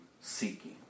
seeking